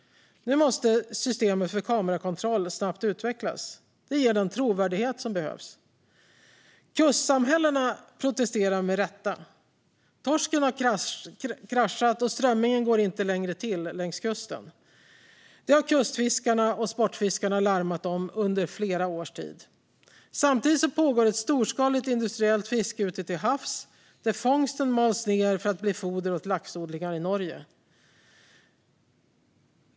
Nu måste systemet för kamerakontroll snabbt utvecklas. Det ger den trovärdighet som behövs. Kustsamhällena protesterar med rätta. Torsken har kraschat, och strömmingen går inte längre till längs kusten. Detta har kustfiskarna och sportfiskarna larmat om under flera års tid. Samtidigt pågår ett storskaligt industriellt fiske ute till havs där fångsten mals ned för att bli foder åt laxodlingar i Norge.